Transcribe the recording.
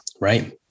right